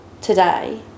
today